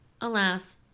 alas